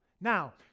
Now